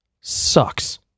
sucks